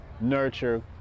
nurture